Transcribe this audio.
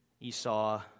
Esau